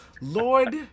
Lord